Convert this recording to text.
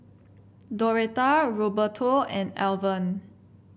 Doretta Roberto and Alvan